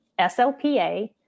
SLPA